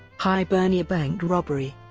hibernia bank robbery